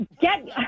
Get